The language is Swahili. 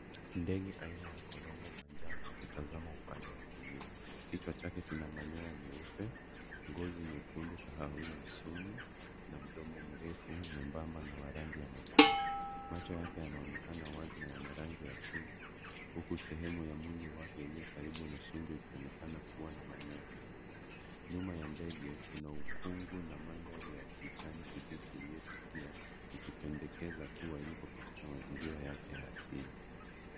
Ndege aina ya korongo manjano akitazama upande wa kulia. Kichwa chake kina manyoya meupe, ngozi nyekundu, kahawia usoni na mdomo mrefu mwembamba wa rangi ya machungwa. Macho yake yanaonekana wazi na yana rangi ya chungwa huku sehemu ya mwili wake iliyo karibu na shingo ikionekana kuwa na manyoya meupe. Nyuma ya ndege kuna ukungu na mandhari ya kijani kibichi iliyofifia, ikipendekeza kuwa yuko katika mazingira yake ya asili.